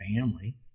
family